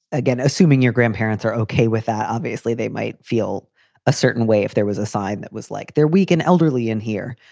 again, assuming your grandparents are okay with that, obviously they might feel a certain way if there was a sign that was like their weak and elderly in here.